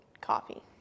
coffee